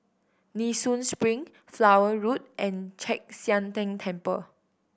Nee Soon Spring Flower Road and Chek Sian Tng Temple